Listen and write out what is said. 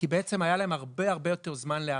כי בעצם היה להם הרבה הרבה יותר זמן להיערך.